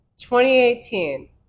2018